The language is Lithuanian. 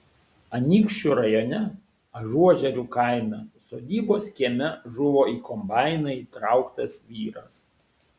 anykščių rajone ažuožerių kaime sodybos kieme žuvo į kombainą įtrauktas vyras